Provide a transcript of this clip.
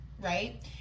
right